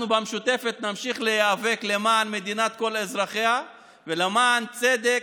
אנחנו במשותפת נמשיך להיאבק למען מדינת כל אזרחיה ולמען צדק,